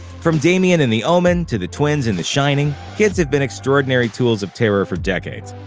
from damien in the omen to the twins in the shining, kids have been extraordinary tools of terror for decades.